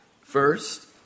First